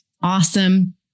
awesome